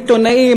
עיתונאים,